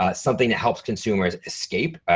ah something that helps consumers escape,